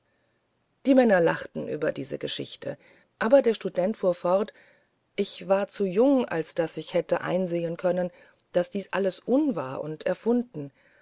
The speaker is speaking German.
die männer lachten über diese geschichten aber der student fuhr fort ich war zu jung als daß ich hätte einsehen können dies alles sei unwahr und erfunden